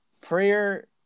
prayer